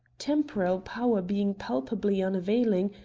temporal power being palpably unavailing,